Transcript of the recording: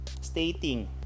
stating